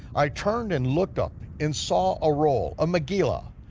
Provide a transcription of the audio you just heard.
i turned and looked up and saw a roll, a megilah,